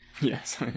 Yes